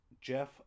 Jeff